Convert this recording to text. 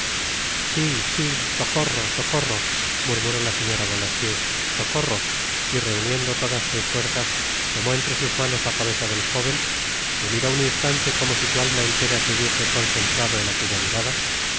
si si socorro socorro murmuró la señora bonacieux socorro y reuniendo todas sus fuerzas tomó entre sus manos la cabeza del jóven le miró un instante como si su alma entera se hubiese concentrado en aquella mirada